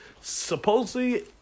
supposedly